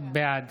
בעד